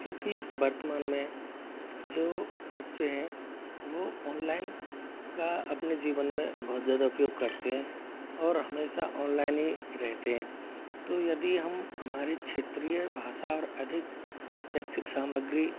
क्योंकि वर्तमान में जो बच्चे हैं वह ऑनलाइन का अपने जीवन में बहुत ज़्यादा उपयोग करते हैं और हमेशा ऑनलाइन ही रहते हैं तो यदि हम हमारी क्षेत्रीय भाषा और अधिक शैक्षिक सामग्री